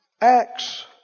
Acts